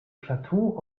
plateau